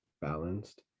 balanced